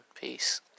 Peace